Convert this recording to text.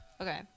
Okay